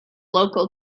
local